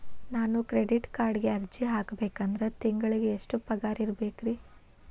ನಾನು ಕ್ರೆಡಿಟ್ ಕಾರ್ಡ್ಗೆ ಅರ್ಜಿ ಹಾಕ್ಬೇಕಂದ್ರ ತಿಂಗಳಿಗೆ ಎಷ್ಟ ಪಗಾರ್ ಇರ್ಬೆಕ್ರಿ?